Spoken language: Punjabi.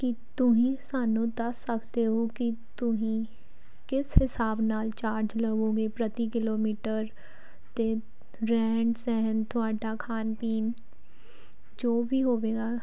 ਕੀ ਤੁਸੀਂ ਸਾਨੂੰ ਦੱਸ ਸਕਦੇ ਹੋ ਕਿ ਤੁਸੀਂ ਕਿਸ ਹਿਸਾਬ ਨਾਲ ਚਾਰਜ ਲਵੋਗੇ ਪ੍ਰਤੀ ਕਿਲੋਮੀਟਰ ਅਤੇ ਰਹਿਣ ਸਹਿਣ ਤੁਹਾਡਾ ਖਾਣ ਪੀਣ ਜੋ ਵੀ ਹੋਵੇਗਾ